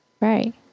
Right